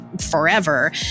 forever